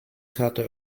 karte